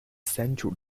central